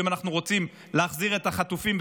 ואם אנחנו רוצים להחזיר את החטופים,